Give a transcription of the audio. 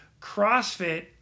CrossFit